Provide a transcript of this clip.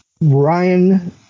Ryan